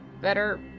better